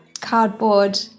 cardboard